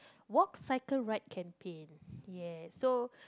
walk cycle ride campaign ya so